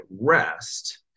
rest